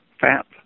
fat